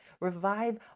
revive